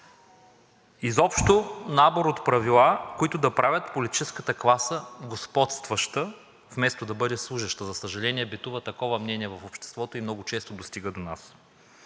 Изобщо набор от правила, които да правят политическата класа господстваща, вместо да бъде служеща. За съжаление, битува такова мнение в обществото и много често достига до нас.